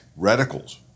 reticles